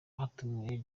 hatumiwe